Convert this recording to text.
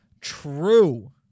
True